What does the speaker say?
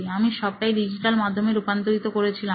আমি সবটাই ডিজিটাল মাধ্যমে রূপান্তরিত করেছিলাম